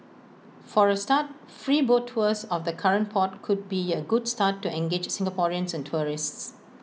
for A start free boat tours of the current port could be A good start to engage Singaporeans and tourists